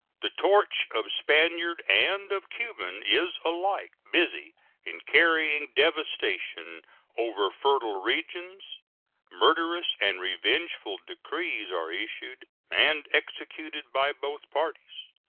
the torch of spaniard and of cuban is alike busy in carrying devastation over fertile regions murderous and revengeful decrees are issued and executed by both parties.